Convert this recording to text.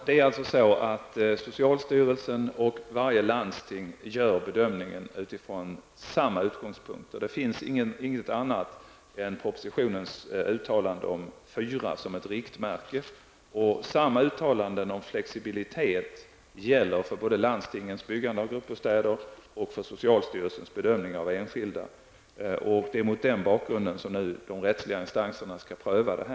Herr talman! Socialstyrelsen och varje landsting gör bedömningen utifrån samma utgångspunkter. Det finns ingenting annat än propositionens uttalande om fyra såsom riktmärke. Samma uttalande om flexibilitet gäller både för landstingens byggande av gruppbostäder och för socialstyrelsens bedömningar av enskilda gruppbostäder. Mot den bakgrunden skall de rättsliga instanserna pröva detta.